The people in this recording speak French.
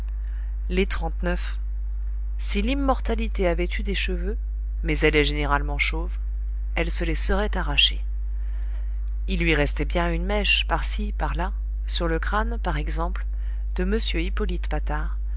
les trente-neuf si l'immortalité avait eu des cheveux mais elle est généralement chauve elle se les serait arrachés il lui restait bien une mèche par-ci par-là sur le crâne par exemple de m hippolyte patard